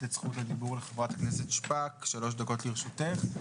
את זכות הדיבור לחברת הכנסת שפק שלוש דקות לרשותך,